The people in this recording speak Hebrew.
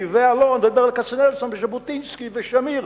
ואלון וברל כצנלסון וז'בוטינסקי ושמיר,